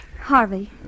Harvey